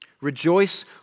Rejoice